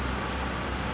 mm